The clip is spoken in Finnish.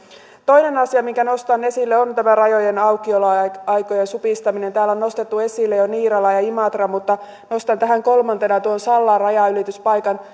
toinen asia minkä nostan esille on tämä rajojen aukioloaikojen supistaminen täällä on nostettu esille jo niirala ja imatra mutta nostan tähän kolmantena tuon sallan rajanylityspaikan